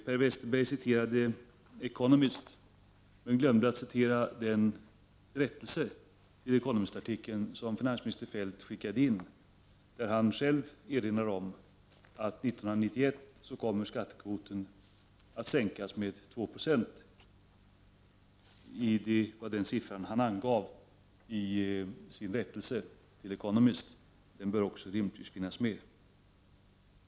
Per Westerberg citerade the Economist, men glömde att citera den rättelse i Economist-artikeln som finansminister Feldt skickade in och där han erinrar om att skattekvoten 1991 kommer att sänkas med 2 20. Det var den siffra han angav i sin rättelse i The Economist — den bör rimligtvis också nämnas.